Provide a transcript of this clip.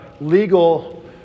legal